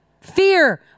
fear